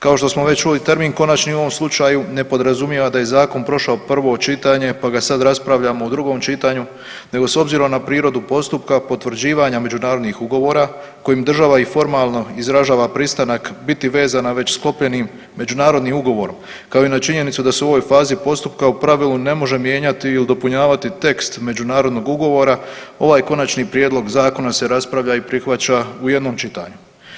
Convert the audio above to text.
Kao što smo već čuli termin konačni u ovom slučaju ne podrazumijeva da je zakon prošao prvo čitanje pa ga sada raspravljamo u drugom čitanju, nego s obzirom na prirodu postupka potvrđivanja međunarodnih ugovora kojim država i formalno izražava pristanak biti vezana već sklopljenim međunarodnim ugovorom kao i na činjenicu da se u ovoj fazi postupka u pravilu ne može mijenjati ili dopunjavati tekst međunarodnog ugovora ovaj Konačni prijedlog zakona se raspravlja i prihvaća u jednom čitanju.